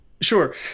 Sure